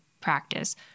practice